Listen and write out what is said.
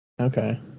Okay